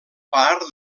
part